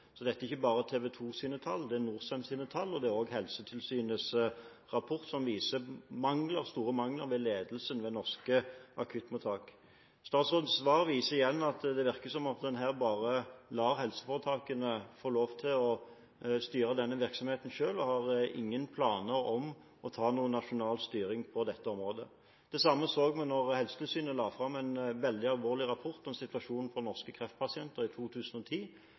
Så dette er ikke bare TV 2s tall. Det er NORSEMs tall. Helsetilsynets rapport viser store mangler ved ledelsen ved norske akuttmottak. Statsrådens svar viser igjen at det virker som at man her bare lar helseforetakene få lov til å styre denne virksomheten selv, og at man ikke har noen planer om å ta nasjonal styring på dette området. Det samme så vi da Helsetilsynet la fram en veldig alvorlig rapport om situasjonen for norske kreftpasienter i 2010.